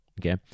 Okay